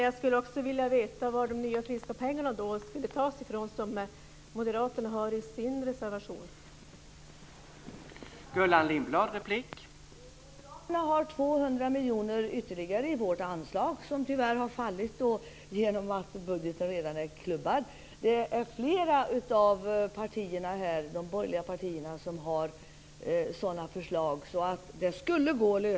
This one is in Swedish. Jag skulle vilja veta var de nya friska pengar, som moderaterna har i sin reservation, skulle tas ifrån.